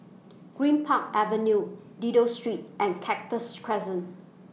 Greenpark Avenue Dido Street and Cactus Crescent